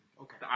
Okay